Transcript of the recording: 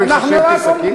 זה לא ייחשב שקית?